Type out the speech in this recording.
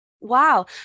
Wow